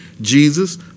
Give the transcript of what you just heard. Jesus